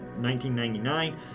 1999